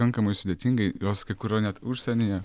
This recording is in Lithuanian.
pakankamai sudėtingai jos kai kur yra net užsienyje